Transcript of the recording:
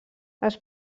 els